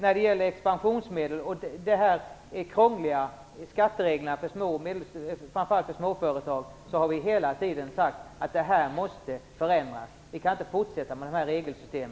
När det gäller de krångliga skattereglerna för expansionsmedel framför allt för småföretag har vi hela tiden sagt att de måste förändras. Man kan inte fortsätta med dessa regelsystem.